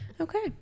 okay